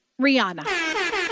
Rihanna